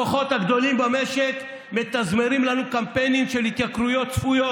הכוחות הגדולים במשק מתזמרים לנו קמפיינים של התייקרויות צפויות.